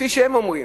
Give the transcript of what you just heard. לפי מה שהם אומרים,